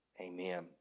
Amen